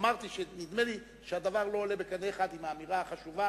אמרתי שנדמה לי שהדבר אינו עולה בקנה אחד עם האמירה החשובה